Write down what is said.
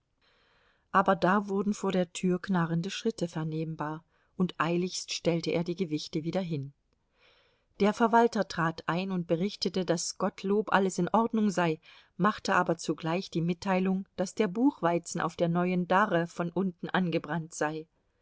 aber da wurden vor der tür knarrende schritte vernehmbar und eiligst stellte er die gewichte wieder hin der verwalter trat ein und berichtete daß gottlob alles in ordnung sei machte aber zugleich die mitteilung daß der buchweizen auf der neuen darre von unten angebrannt sei